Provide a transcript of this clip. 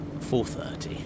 430